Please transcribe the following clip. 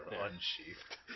Unsheathed